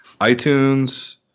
iTunes